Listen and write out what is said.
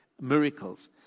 miracles